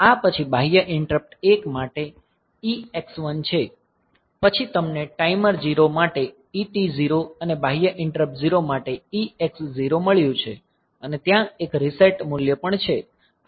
આ પછી બાહ્ય ઈંટરપ્ટ 1 માટે EX1 છે પછી તમને ટાઈમર 0 માટે ET0 અને બાહ્ય ઈંટરપ્ટ 0 માટે EX0 મળ્યું છે અને ત્યાં એક રીસેટ મૂલ્ય પણ છે